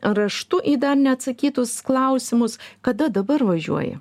raštu į dar neatsakytus klausimus kada dabar važiuoji